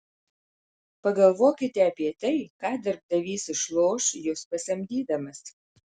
pagalvokite apie tai ką darbdavys išloš jus pasamdydamas